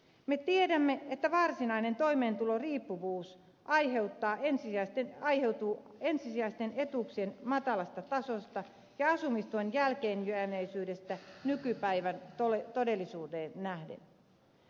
me tiedämme että varsinainen toimeentulotukiriippuvuus aiheutuu ensisijaisten etuuksien matalasta tasosta ja asumistuen jälkeenjääneisyydestä nykypäivän todellisuuteen nähden